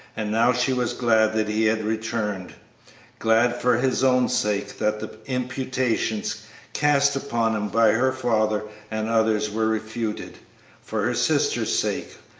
and now she was glad that he had returned glad for his own sake that the imputations cast upon him by her father and others were refuted for her sister's sake,